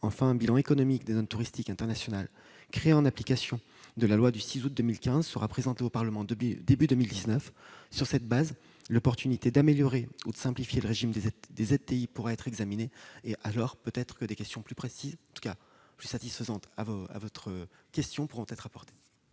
Enfin, un bilan économique des zones touristiques internationales créées en application de la loi du 6 août 2015 sera présenté au Parlement début 2019. Sur cette base, l'opportunité d'améliorer ou de simplifier le régime des ZTI pourra être examinée. C'est peut-être alors que des réponses plus propres à vous satisfaire, madame la sénatrice, pourront être apportées